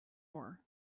war